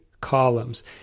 columns